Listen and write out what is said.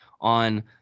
on